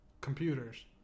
computers